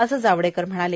असं जावडेकर म्हणाले